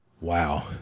Wow